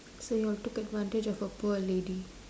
so you all took advantage of a poor lady